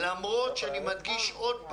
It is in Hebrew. למרות שאני מדגיש עוד פעם: